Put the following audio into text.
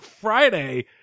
Friday